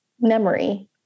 memory